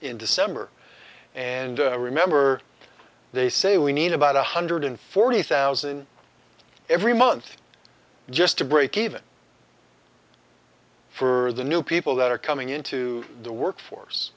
december and remember they say we need about one hundred forty thousand every month just to break even for the new people that are coming into the workforce